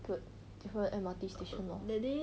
diff~ different M_R_T station lor